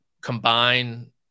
combine